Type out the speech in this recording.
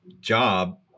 job